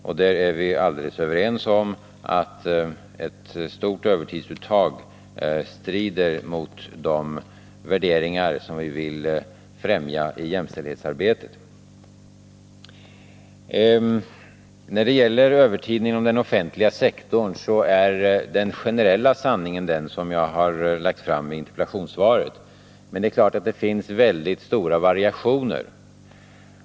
Vi är alldeles överens om att ett stort övertidsuttag strider mot de värderingar som vi vill främja i jämställdhetsarbetet. När det gäller övertiden inom den offentliga sektorn är den generella sanningen den som jag har lagt fram i interpellationssvaret, men det är klart att det finns väldigt stora variationer.